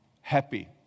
happy